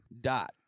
dot